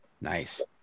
Nice